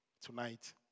tonight